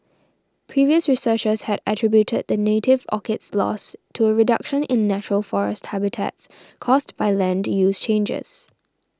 previous researchers had attributed the native orchid's loss to a reduction in natural forest habitats caused by land use changes